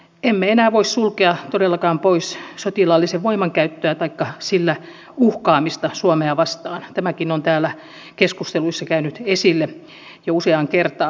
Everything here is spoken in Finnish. emme enää voi sulkea todellakaan pois sotilaallista voimankäyttöä taikka sillä uhkaamista suomea vastaan tämäkin on täällä keskusteluissa tullut esille jo useaan kertaan